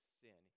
sin